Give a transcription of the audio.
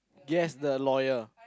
yes the lawyer